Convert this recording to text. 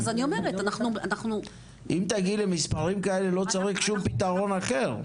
אם תגיעי למספרים כאלה אנחנו לא צריכים שום פתרון אחר.